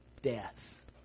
death